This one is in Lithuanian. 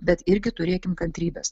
bet irgi turėkim kantrybės